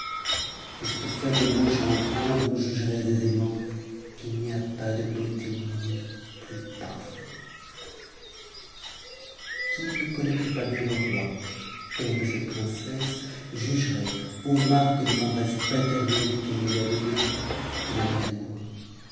de cette faible ébauche enfin vous jugerez aisément qu'il n'y a pas de beauté au monde plus parfaite qm ne conna trait pas bien le roi père de cette princesse jugerait aux marques de tendresse paternelle qu'il lui a données qu'il en est amou